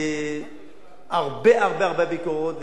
הרבה הרבה ביקורות,